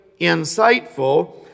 Insightful